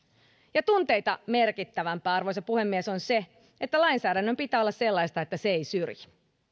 ja tunteita merkittävämpää arvoisa puhemies on se että lainsäädännön pitää olla sellaista että se ei syrji